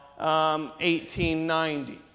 1890